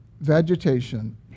vegetation